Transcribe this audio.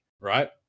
right